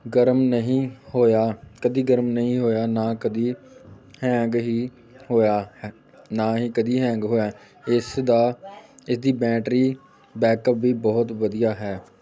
ਗਰਮ ਨਹੀਂ ਹੋਇਆ ਕਦੀ ਗਰਮ ਨਹੀਂ ਹੋਇਆ ਨਾ ਕਦੀ ਹੈਂਗ ਹੀ ਹੋਇਆ ਹੈ ਨਾ ਹੀ ਕਦੀ ਹੈਂਗ ਹੋਇਆ ਇਸ ਦਾ ਇਸ ਦੀ ਬੈਟਰੀ ਬੈਕਅੱਪ ਵੀ ਬਹੁਤ ਵਧੀਆ ਹੈ